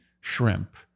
shrimp